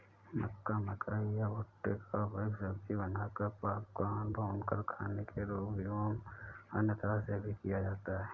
मक्का, मकई या भुट्टे का उपयोग सब्जी बनाकर, पॉपकॉर्न, भूनकर खाने के रूप में एवं अन्य तरह से भी किया जाता है